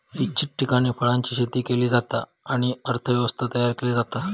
इच्छित ठिकाणी फळांची शेती केली जाता आणि अर्थ व्यवस्था तयार केली जाता